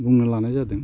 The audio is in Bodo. बुंनो लानाय जादों